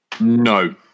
no